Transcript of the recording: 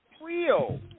real